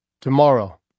Tomorrow